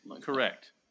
Correct